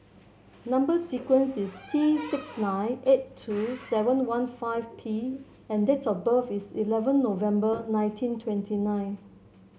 number sequence is T six nine eight two seven one five P and date of birth is eleven November nineteen twenty nine